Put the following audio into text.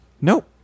Nope